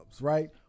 right